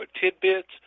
tidbits